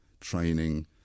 training